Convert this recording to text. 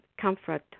comfort